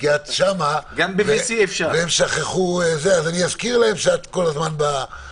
יש לזכור שעוסקים עכשיו באוכלוסייה הכי המוחלשת שיש,